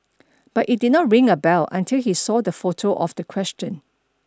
but it did not ring a bell until he saw the photo of the question